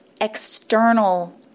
external